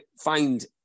find